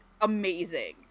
amazing